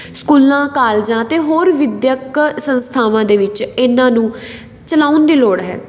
ਸਕੂਲਾਂ ਕਾਲਜਾਂ ਅਤੇ ਹੋਰ ਵਿੱਦਿਅਕ ਸੰਸਥਾਵਾਂ ਦੇ ਵਿੱਚ ਇਹਨਾਂ ਨੂੰ ਚਲਾਉਣ ਦੀ ਲੋੜ ਹੈ